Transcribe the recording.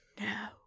no